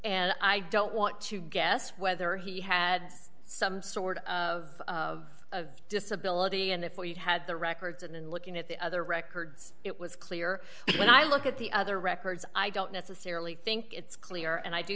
and i don't want to guess whether he had some sort of of of disability and if we'd had the records and in looking at the other records it was clear when i look at the other records i don't necessarily think it's clear and i do